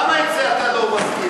כל יוצאי צה"ל ואנשי